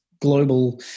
global